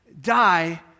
die